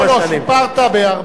שיפרת בהרבה.